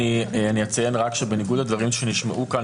אני אציין רק שבניגוד לדברים שנשמעו כאן,